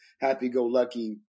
happy-go-lucky